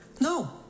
No